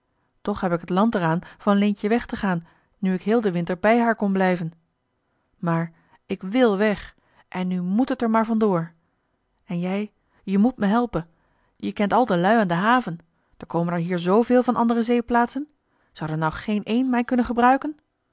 toch heb k t land er aan van leentje weg te gaan nu ik heel den winter bij haar kon blijven maar ik wil weg en nu moet het er maar van door en jij je moet me helpen je kent al de lui aan de haven d'r komen er hier zoo veel van andere zeeplaatsen zou d'r nou geen een mij kunnen gebruiken